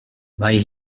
mae